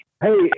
Hey